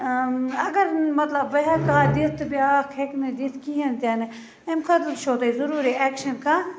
اَگر مَطلَب بہٕ ہٮ۪کہٕ ہا دِتھ تہٕ بیٛاکھ ہیٚکہِ نہٕ دِتھ کِہیٖنۍ تہِ نہٕ اَمۍ خاطرٕ چھُو تۄہہِ ضٔروٗری اٮ۪کشَن کانٛہہ